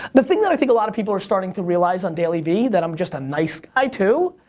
the thing that i think a lot of people are starting to realize on dailyvee, that i'm just a nice guy, too,